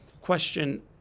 Question